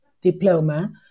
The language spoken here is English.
diploma